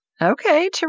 Okay